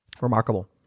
Remarkable